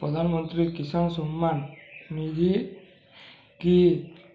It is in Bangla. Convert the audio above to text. প্রধানমন্ত্রী কিষান সম্মান নিধি কি